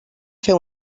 fer